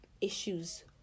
issues